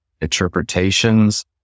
interpretations